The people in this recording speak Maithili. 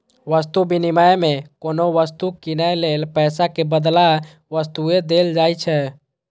वस्तु विनिमय मे कोनो वस्तु कीनै लेल पैसा के बदला वस्तुए देल जाइत रहै